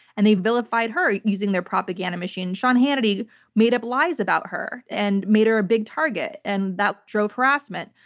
and they vilified her using their propaganda machine. sean hannity made up lies about her and made her a big target, and that drove harassment.